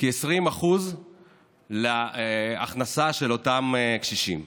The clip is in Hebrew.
כ-20% להכנסה של אותם קשישים.